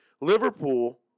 Liverpool